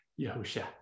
Yahusha